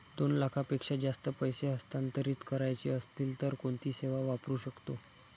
दोन लाखांपेक्षा जास्त पैसे हस्तांतरित करायचे असतील तर कोणती सेवा वापरू शकतो?